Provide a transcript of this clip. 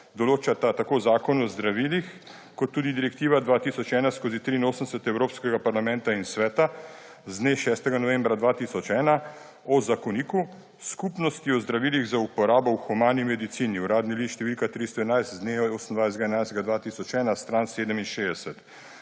določata tako Zakon o zdravilih kot tudi Direktiva 2001/83 Evropskega parlamenta in Sveta z dne 6. novembra 2001 o zakoniku Skupnosti o zdravilih za uporabo v humani medicini, Uradni list št. 311 z dne 28. 11. 2001, stran 67.